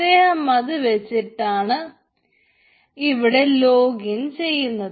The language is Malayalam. അദ്ദേഹമത് വെച്ചാണ് ഇവിടെ ലോഗിൻ ചെയ്യുന്നത്